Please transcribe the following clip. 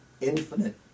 infinite